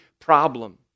problem